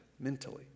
Mentally